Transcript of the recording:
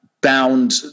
bound